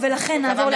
ולכן נעבור,